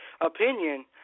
opinion